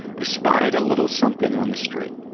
i spied a little something on the street.